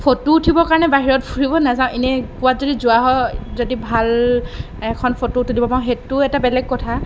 photo উঠিবৰ কাৰণে বাহিৰত ফুৰিব নাযাওঁ এনেই ক'ৰবাত যদি যোৱা হয় যদি ভাল এখন ফটো তুলিব পাৰোঁ সেইটো এটা বেলেগ কথা